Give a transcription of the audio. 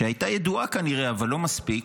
שהייתה ידועה כנראה אבל לא מספיק,